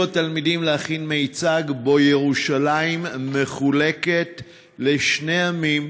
התלמידים להכין מיצג שבו ירושלים מחולקת לשני עמים,